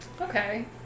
Okay